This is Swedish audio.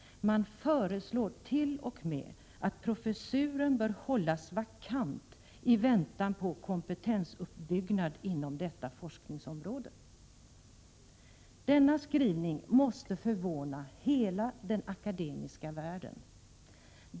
Man föreslår t.o.m. att professuren ”bör hållas vakant” i väntan på kompetensuppbyggnad inom detta forskningsområde. Denna skrivning måste förvåna hela den akademiska världen!